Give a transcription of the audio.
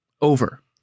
over